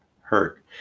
hurt